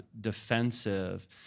defensive